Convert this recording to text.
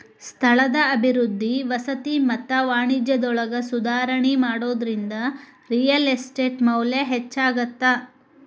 ಸ್ಥಳದ ಅಭಿವೃದ್ಧಿ ವಸತಿ ಮತ್ತ ವಾಣಿಜ್ಯದೊಳಗ ಸುಧಾರಣಿ ಮಾಡೋದ್ರಿಂದ ರಿಯಲ್ ಎಸ್ಟೇಟ್ ಮೌಲ್ಯ ಹೆಚ್ಚಾಗತ್ತ